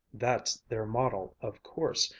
that's their model, of course.